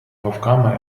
вовками